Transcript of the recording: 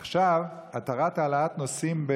עכשיו, התרת העלאת נוסעים,